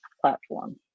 platform